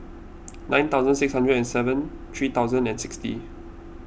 nine thousand six hundred and seven three thousand and sixty